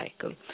cycle